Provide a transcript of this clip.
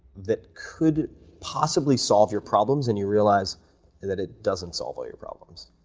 that could possibly solve your problems and you realize that it doesn't solve all your problems.